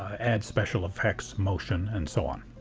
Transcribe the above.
add special effects, motion and so on.